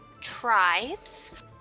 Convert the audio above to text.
tribes